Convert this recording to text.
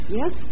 yes